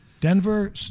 Denver